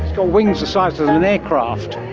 got wings the size of an aircraft.